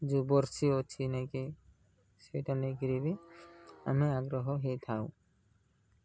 ଯେଉଁ ବର୍ଷି ଅଛି ନେଇକି ସେଇଟା ନେଇ କରି ବି ଆମେ ଆଗ୍ରହ ହେଇଥାଉ